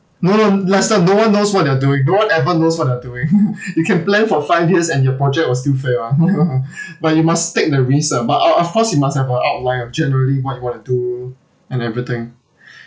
no no lester no one knows what they are doing no one ever knows what they're doing you can plan for five years and your project will still fail ah but you must take the risk ah but of of course you must have a outline of generally what you want to do and everything